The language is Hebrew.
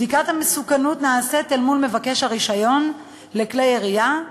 בדיקת המסוכנות נעשית אל מול מבקש הרישיון לכלי ירייה,